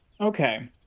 Okay